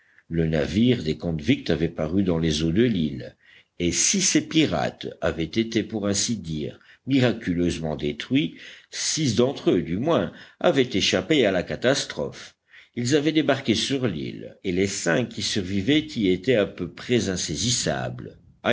le navire des convicts avait paru dans les eaux de l'île et si ces pirates avaient été pour ainsi dire miraculeusement détruits six d'entre eux du moins avaient échappé à la catastrophe ils avaient débarqué sur l'île et les cinq qui survivaient y étaient à peu près insaisissables